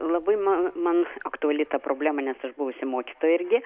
labai man man aktuali ta problema nes aš buvusi mokytoja irgi